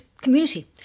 community